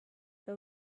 the